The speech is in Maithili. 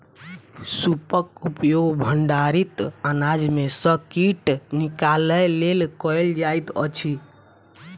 सूपक उपयोग भंडारित अनाज में सॅ कीट निकालय लेल कयल जाइत अछि